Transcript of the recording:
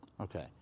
Okay